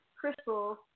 crystal